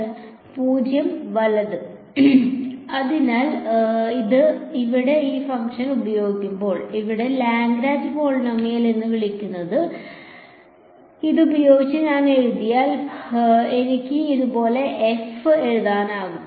0 വലത് അതിനാൽ ഇവിടെ ഈ ഫംഗ്ഷൻ ഉപയോഗിക്കുമ്പോൾ ഇവിടെ ലഗ്രാഞ്ച് പോളിനോമിയൽ എന്ന് വിളിക്കപ്പെടുന്ന ഇത് ഉപയോഗിച്ച് ഞാൻ എഴുതുകയാണെങ്കിൽ എനിക്ക് ഇതുപോലെ f എഴുതാമോ